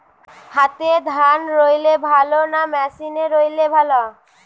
হাতে ধান রুইলে ভালো না মেশিনে রুইলে ভালো?